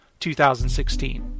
2016